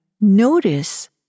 notice